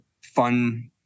fun